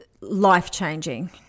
life-changing